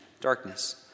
darkness